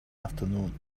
afternoon